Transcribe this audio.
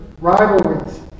rivalries